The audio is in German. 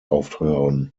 aufhören